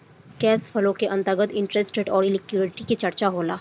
cash flow के अंतर्गत interest rate अउरी लिक्विडिटी के चरचा होला